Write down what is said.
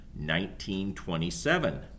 1927